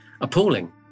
appalling